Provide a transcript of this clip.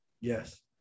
Yes